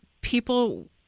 people